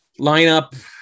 Lineup